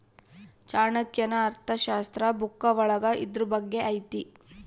ಚಾಣಕ್ಯನ ಅರ್ಥಶಾಸ್ತ್ರ ಬುಕ್ಕ ಒಳಗ ಇದ್ರೂ ಬಗ್ಗೆ ಐತಿ